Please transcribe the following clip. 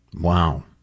Wow